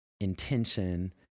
intention